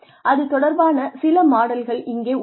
அது தொடர்பான சில மாடல்கள் இங்கே உள்ளன